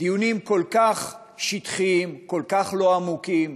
דיונים כל כך שטחיים, כל כך לא עמוקים,